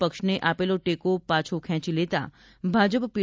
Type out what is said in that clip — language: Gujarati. પક્ષને આપેલો ટેકો પાછો ખેંચી લેતા ભાજપ પી